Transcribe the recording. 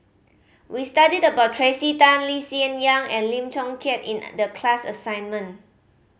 we studied about Tracey Tan Lee Hsien Yang and Lim Chong Keat in the class assignment